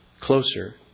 closer